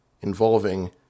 involving